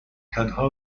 تنها